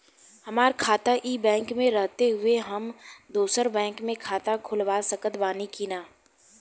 हमार खाता ई बैंक मे रहते हुये हम दोसर बैंक मे खाता खुलवा सकत बानी की ना?